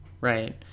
Right